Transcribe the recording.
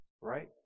right